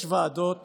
יש ועדות